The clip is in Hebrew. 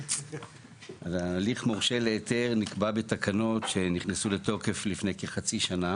אז הליך מורשה להיתר נקבע בתקנות שנכנסו לתוקף לפני כחצי שנה.